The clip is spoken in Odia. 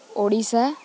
ଓଡ଼ିଶା